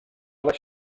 les